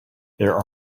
there